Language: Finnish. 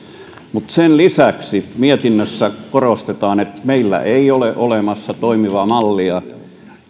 mutta sen lisäksi mietinnössä korostetaan että meillä ei ole olemassa toimivaa mallia